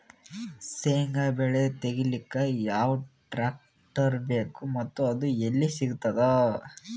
ಶೇಂಗಾ ಬೆಳೆ ತೆಗಿಲಿಕ್ ಯಾವ ಟ್ಟ್ರ್ಯಾಕ್ಟರ್ ಬೇಕು ಮತ್ತ ಅದು ಎಲ್ಲಿ ಸಿಗತದ?